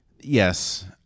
yes